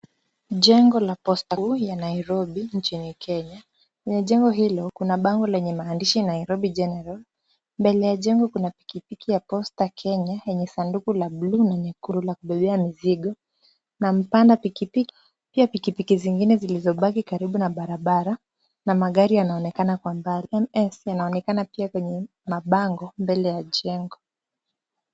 Jengo la posta kuu ya Nairobi nchini Kenya. Kwenye jengo hilo kuna bango lenye maandishi Nairobi General . Mbele ya jengo kuna pikipiki ya Posta Kenya yenye sanduku la bluu na nyekundu ya kubebea mizigo na mpanda pikipiki. Pia pikipiki zingine zilizobaki karibu na barabara na magari yanaonekana kwa mbali. NS inaonekana pia kwenye mabango mbele ya jengo.